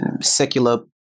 secular